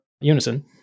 Unison